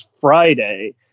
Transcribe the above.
Friday